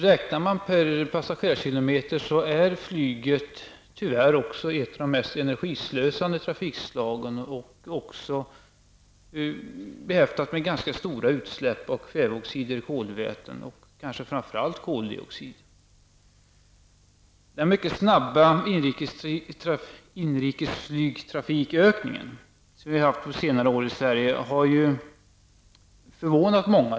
Räknat per passagerarkilometer är flyget, tyvärr, ett av de mest energislösande trafikslagen. Flyget är också behäftat med ganska stora utsläpp av kväveoxider, kolväten och, framför allt, koldioxid. Den mycket snabba ökning av inrikesflyget som har kunnat noteras i Sverige under senare år har förvånat många.